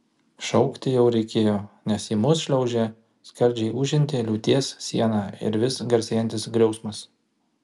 šaukti jau reikėjo nes į mus šliaužė skardžiai ūžianti liūties siena ir vis garsėjantis griausmas